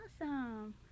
Awesome